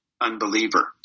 unbeliever